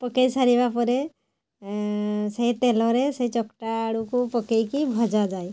ପକେଇ ସାରିବା ପରେ ସେଇ ତେଲରେ ସେଇ ଚକଟା ଆଳୁକୁ ପକାଇକି ଭଜାଯାଏ